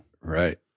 Right